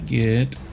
get